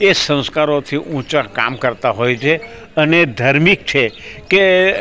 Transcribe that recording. એ સંસ્કારોથી ઊંચા કામ કરતા હોય છે અને ધાર્મિક છે કે